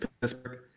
Pittsburgh